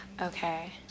Okay